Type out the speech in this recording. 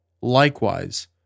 Likewise